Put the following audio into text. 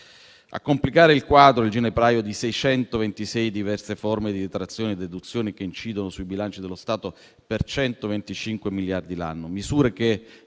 A complicare il quadro vi è il ginepraio di 626 diverse forme di detrazioni e deduzioni che incidono sui bilanci dello Stato per 125 miliardi l'anno: misure che